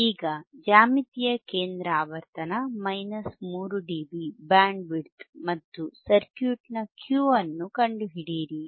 ಈಗ ಜ್ಯಾಮಿತೀಯ ಕೇಂದ್ರ ಆವರ್ತನ 3 ಡಿಬಿ ಬ್ಯಾಂಡ್ವಿಡ್ತ್ ಮತ್ತು ಸರ್ಕ್ಯೂಟ್ನ ಕ್ಯೂ ಅನ್ನು ಕಂಡುಹಿಡಿಯಿರಿ